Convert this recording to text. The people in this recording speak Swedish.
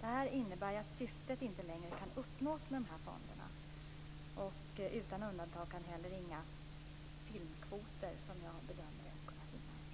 Det innebär att syftet inte längre kan uppnås med fonderna. Utan undantag kan som jag bedömer det heller inga filmkvoter längre kunna finnas.